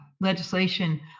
legislation